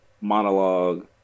monologue